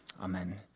Amen